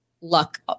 luck